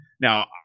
Now